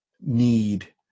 need